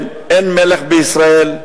אין מלך בישראל,